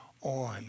on